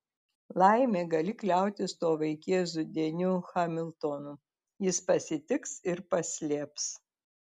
laimė gali kliautis tuo vaikėzu deniu hamiltonu jis pasitiks ir paslėps